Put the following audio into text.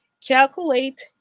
calculate